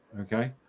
okay